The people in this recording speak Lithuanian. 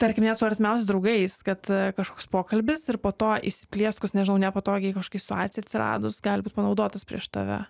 tarkim net su artimiausiais draugais kad kažkoks pokalbis ir po to įsiplieskus nežinau nepatogiai kažkokiai situacijai atsiradus gali būt panaudotas prieš tave